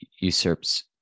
usurps